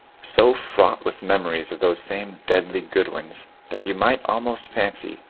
so fraught with memories of those same deadly goodwins that you might almost fancy,